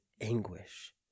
anguish